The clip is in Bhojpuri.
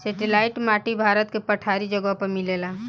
सेटेलाईट माटी भारत के पठारी जगह पर मिलेला